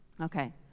Okay